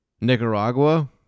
Nicaragua